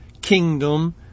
kingdom